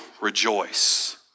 rejoice